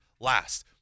last